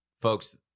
folks